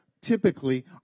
typically